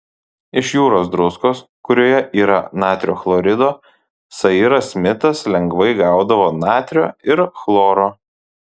iš jūros druskos kurioje yra natrio chlorido sairas smitas lengvai gaudavo natrio ir chloro